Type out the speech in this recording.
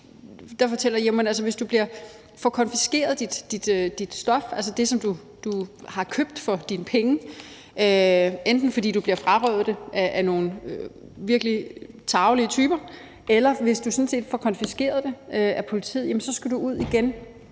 stort indtryk på mig. Hvis du får konfiskeret dit stof, altså det, som du har købt for dine penge, enten fordi du bliver frarøvet det af nogle virkelig tarvelige typer, eller hvis du sådan set får konfiskeret det af politiet, skal du ud igen